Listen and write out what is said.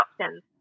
options